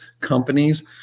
companies